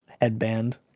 headband